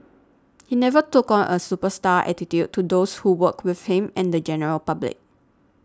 he never took on a superstar attitude to those who worked with him and the general public